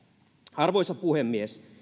arvoisa puhemies